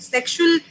Sexual